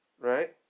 Right